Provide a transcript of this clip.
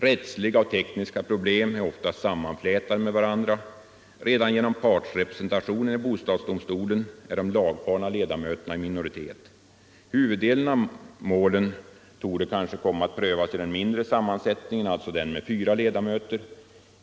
Rättsliga och tekniska problem är ofta sammanflätade med varandra. Redan genom partsrepresentationen i bostadsdomstolen är de lagfarna ledamöterna i minoritet. Huvuddelen av målen torde komma att prövas i den mindre sammansättningen, alltså med fyra ledamöter.